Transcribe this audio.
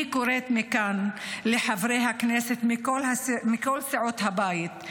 אני קוראת מכאן לחברי הכנסת מכל סיעות הבית: